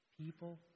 People